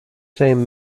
same